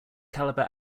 caliber